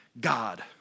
God